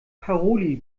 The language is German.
paroli